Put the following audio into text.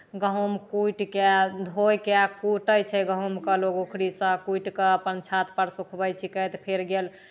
गहुम कुटि कऽ धोइ कऽ कूटै छै गहुमके लोक ओखड़ीसँ कुटि कऽ अपन छतपर सुखबै छिकै तऽ फेर गेल